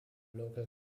local